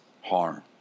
harm